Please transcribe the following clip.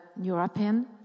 European